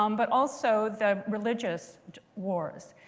um but also the religious wars.